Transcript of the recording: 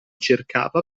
cercava